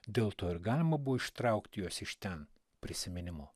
dėl to ir galima buvo ištraukti juos iš ten prisiminimu